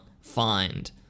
find